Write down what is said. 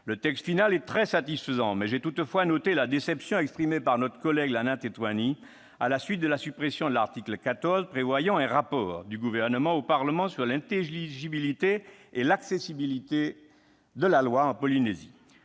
Le texte final est très satisfaisant, mais j'ai noté la déception exprimée par notre collègue Lana Tetuanui à la suite de la suppression de l'article 14 du texte, qui prévoyait un rapport du Gouvernement au Parlement portant sur l'intelligibilité et l'accessibilité de la loi en Polynésie.